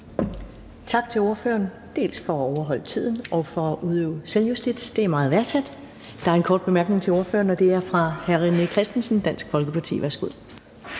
Tak til ordføreren for dels at overholde tiden, dels at udøve selvjustits. Det er meget værdsat. Der er en kort bemærkning til ordføreren, og det er fra hr. René Christensen, Dansk Folkeparti. Værsgo.